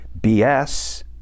BS